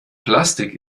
plastik